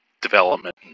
development